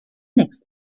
next